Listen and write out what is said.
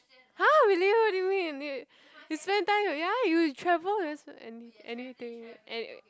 !huh! really what did you mean you you spend time with ya you travel and s~ and anything and